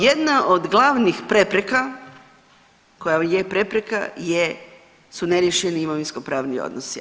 Jedna od glavnih prepreka koja je prepreka je, su neriješeni imovinsko pravni odnosi.